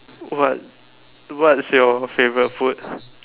what what's your favourite food